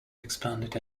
expanded